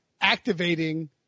activating